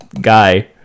guy